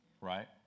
Right